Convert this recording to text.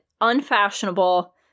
unfashionable